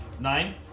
Nine